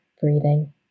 breathing